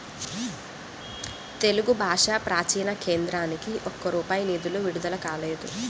తెలుగు భాషా ప్రాచీన కేంద్రానికి ఒక్క రూపాయి నిధులు విడుదల కాలేదు